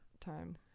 time